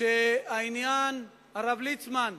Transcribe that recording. הרב ליצמן,